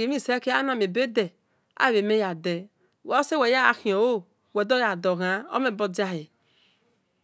mhi kekan onu